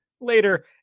later